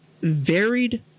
varied